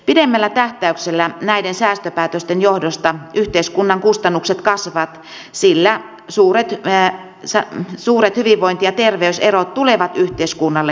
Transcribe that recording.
pidemmällä tähtäyksellä näiden säästöpäätösten johdosta yhteiskunnan kustannukset kasvavat sillä suuret hyvinvointi ja terveyserot tulevat yhteiskunnalle kalliiksi